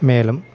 மேலும்